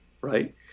right